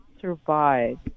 survive